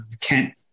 Kent